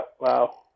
wow